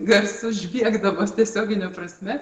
garsu žviegdamos tiesiogine prasme